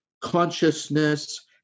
consciousness